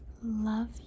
Love